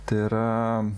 tai yra